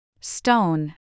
Stone